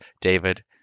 David